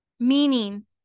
Meaning